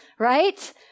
right